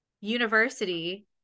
university